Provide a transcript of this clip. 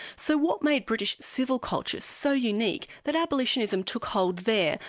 so what made british civil culture so unique that abolitionism took hold there,